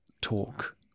talk